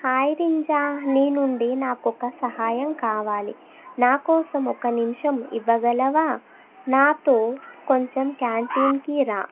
hi Rinja నీ నుండి నాకొక సహాయం కావాలి నా కోసం ఒక నిముషం ఇవ్వగలవా నాతో కొంచెం క్యాంటీన్కి రా